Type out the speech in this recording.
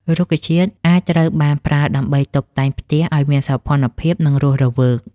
រុក្ខជាតិអាចត្រូវបានប្រើដើម្បីតុបតែងផ្ទះឲ្យមានសោភ័ណភាព និងភាពរស់រវើក។